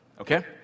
Okay